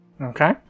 Okay